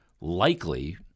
likely